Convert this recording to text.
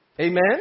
Amen